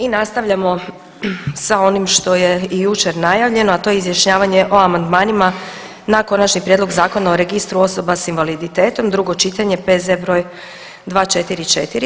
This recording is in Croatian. i nastavljamo sa onim što je i jučer najavljeno, a to je izjašnjavanje o amandmanima na Konačni prijedlog Zakona o registru osoba s invaliditetom, drugo čitanje, P.Z. br. 244.